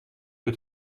het